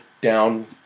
down